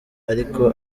ariko